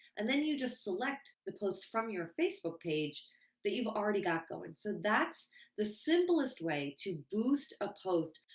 and then you just select the post from your facebook page that you've already got going. so that's the simplest way to boost a post,